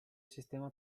sistema